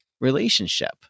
relationship